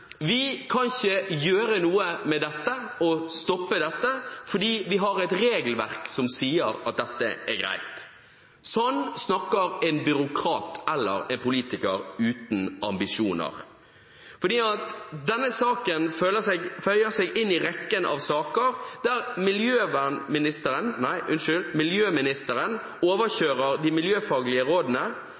Vi kan ikke gjøre noe for å stoppe dette, for vi har et regelverk som sier at dette er greit. Sånn snakker en byråkrat eller politiker uten ambisjoner. Denne saken føyer seg inn i rekken av saker der miljøvernministeren, nei unnskyld miljøministeren, overkjører de miljøfaglige rådene.